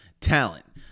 talent